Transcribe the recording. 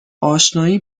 آشنایی